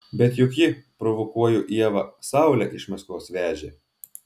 bet juk ji provokuoju ievą saulę iš maskvos vežė